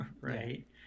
right